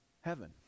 heaven